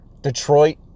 Detroit